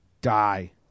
Die